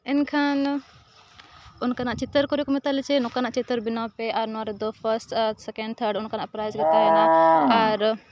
ᱮᱱᱠᱷᱟᱱ ᱚᱱᱠᱟᱱᱟᱜ ᱪᱤᱛᱟᱹᱨ ᱠᱚᱨᱮ ᱠᱚ ᱢᱮᱛᱟ ᱞᱮ ᱡᱮ ᱱᱚᱝᱠᱟᱱᱟᱜ ᱪᱤᱛᱟᱹᱨ ᱵᱮᱱᱟᱣ ᱯᱮ ᱟᱨ ᱱᱚᱣᱟ ᱨᱮᱫᱚ ᱯᱷᱟᱥᱴ ᱟᱨ ᱥᱮᱠᱮᱱᱰ ᱛᱷᱟᱨᱰ ᱚᱱᱠᱟᱱᱟᱜ ᱯᱨᱟᱭᱤᱡᱽ ᱜᱮ ᱛᱟᱦᱮᱱᱟ ᱟᱨ